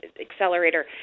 Accelerator